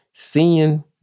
seeing